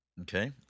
Okay